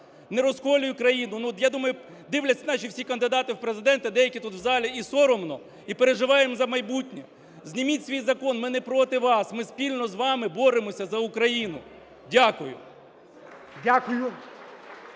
не розколюй країну. Я думаю дивляться наші всі кандидати в президенти, а деякі тут в залі і соромно і переживаємо за майбутнє. Зніміть свій закон, ми не проти вас. Ми спільно з вами боремося за Україну. Дякую.